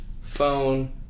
phone